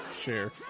share